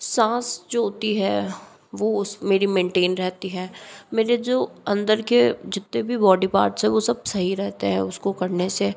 साँस जो होती है वो उस मेरी मेंटेन रहती है मेरे जो अंदर के जितने भी बॉडी पार्टस है वो सब सही रहते हैं उसको करने से